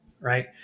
right